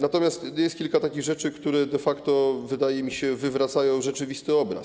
Natomiast jest kilka takich rzeczy, które de facto, wydaje mi się, wywracają rzeczywisty obraz.